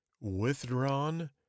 withdrawn